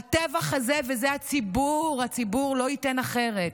הטבח הזה, ובזה הציבור, הציבור לא ייתן אחרת: